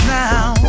now